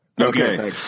Okay